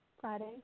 Friday